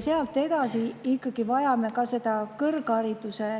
Sealt edasi vajame ikkagi ka kõrghariduse